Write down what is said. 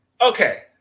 Okay